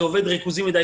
זה עובד באופן ריכוזי מדי,